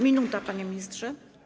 Minuta, panie ministrze.